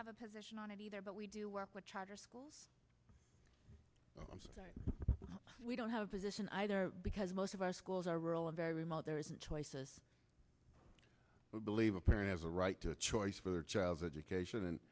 have a position on it either but we do work with charter schools i'm saying we don't have position either because most of our schools are rural a very remote there isn't choices i believe a parent has a right to a choice for their child's education and